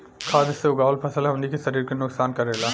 खाद्य से उगावल फसल हमनी के शरीर के नुकसान करेला